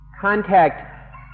Contact